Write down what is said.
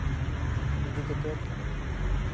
ᱤᱫᱤ ᱠᱟᱛᱮᱫ